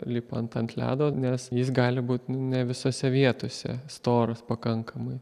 lipant ant ledo nes jis gali būt ne visose vietose storas pakankamai